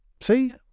see